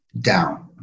down